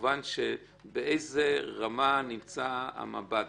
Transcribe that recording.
בנושא באיזה רמה נמצא המב"ד.